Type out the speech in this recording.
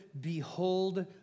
behold